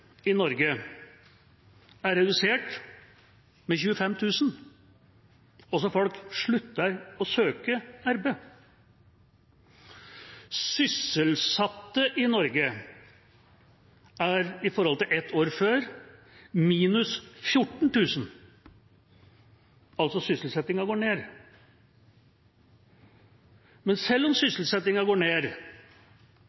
i Norge er redusert med 25 000 – altså slutter folk å søke arbeid. Når det gjelder sysselsatte i Norge, er vi minus 14 000 i forhold til ett år tidligere – altså går sysselsettingen ned. Men selv om